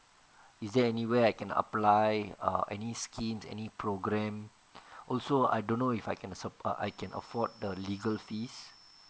is there anywhere I can apply err any scheme any program also I don't know if I can support I can afford the legal fees